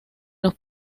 los